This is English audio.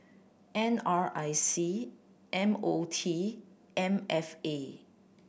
N R I C M O T M F A